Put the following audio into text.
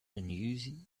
uneasy